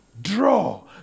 draw